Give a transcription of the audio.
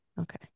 Okay